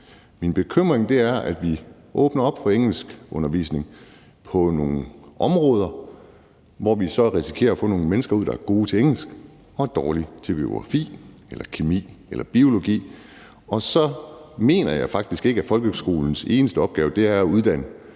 Min bekymring er, at vi åbner op for engelskundervisning på nogle områder, hvor vi så risikerer at få nogle mennesker ud, der er gode til engelsk og dårlige til geografi eller kemi eller biologi. Og så mener jeg faktisk ikke, at folkeskolens eneste opgave er at uddanne